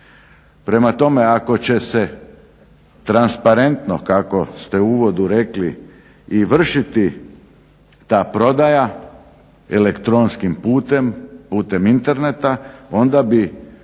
Prema tome, ako će se transparentno kako ste u uvodu i rekli vršiti ta prodaja elektronskim putem, putem interneta onda bi